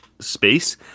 space